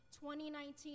2019